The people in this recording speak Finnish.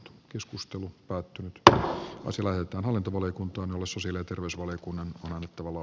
keskustelu päättyi b on sille että hallintovaliokuntaan vaisu sillä entiseen nähden